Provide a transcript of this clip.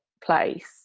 place